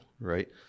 right